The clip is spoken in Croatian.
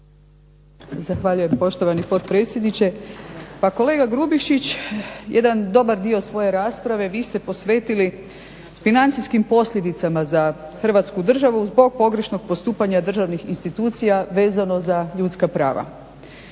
Zahvaljujem, poštovani potpredsjedniče. Pa kolega Grubišić, jedan dobar dio svoje rasprave vi ste posvetili financijskim posljedicama za hrvatsku državu zbog pogrešnog postupanja državnih institucija vezano za ljudska prava.